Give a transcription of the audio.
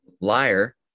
liar